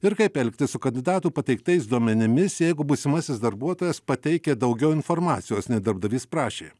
ir kaip elgtis su kandidatų pateiktais duomenimis jeigu būsimasis darbuotojas pateikia daugiau informacijos nei darbdavys prašė